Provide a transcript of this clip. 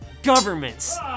governments